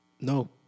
No